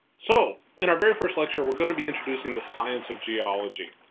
so in our very first lecture, we're gonna be introducing the science of geology.